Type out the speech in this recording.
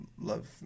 love